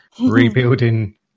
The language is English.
rebuilding